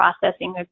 processing